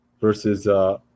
versus